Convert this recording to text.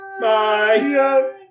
Bye